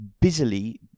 busily